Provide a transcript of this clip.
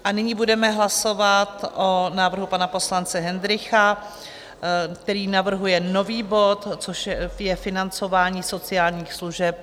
A nyní budeme hlasovat o návrhu pana poslance Hendrycha, který navrhuje nový bod, což je financování sociálních služeb 2022.